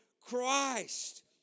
Christ